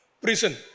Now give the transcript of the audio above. prison